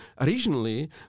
originally